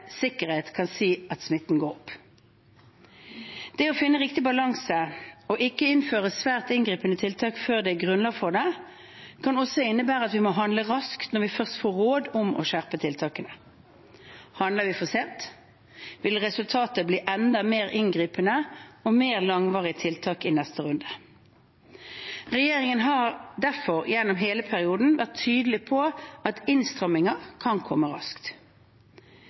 sikkerhet kan si at smitten går opp. Det å finne riktig balanse og ikke innføre svært inngripende tiltak før det er grunnlag for det, kan også innebære at vi må handle raskt når vi først får råd om å skjerpe tiltakene. Handler vi for sent, vil resultatet bli enda mer inngripende og mer langvarige tiltak i neste runde. Regjeringen har derfor gjennom hele perioden vært tydelig på at innstramninger kan komme raskt.